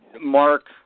Mark